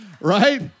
Right